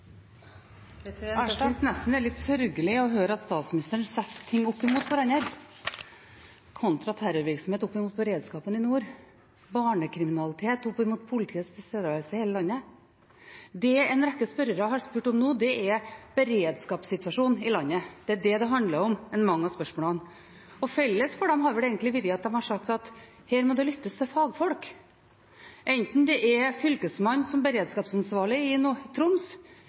Jeg synes nesten det er litt sørgelig å høre at statsministeren setter ting opp mot hverandre – kontraterrorvirksomhet opp mot beredskapen i nord, barnekriminalitet opp mot politiets tilstedeværelse i hele landet. Det en rekke spørrere har spurt om nå, er beredskapssituasjonen i landet. Det er det det handler om i mange av spørsmålene. Felles for dem har vel egentlig vært at de har sagt at her må det lyttes til fagfolk, enten det er Fylkesmannen, som beredskapsansvarlig i Troms,